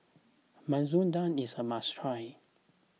Masoor Dal is a must try